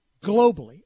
globally